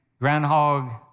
groundhog